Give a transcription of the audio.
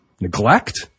neglect